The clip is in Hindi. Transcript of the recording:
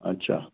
अच्छा